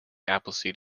appleseed